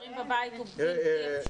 הנזק של ילדים שנשארים בבית הוא בלתי אפשרי.